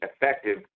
effective